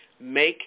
Make